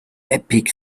epic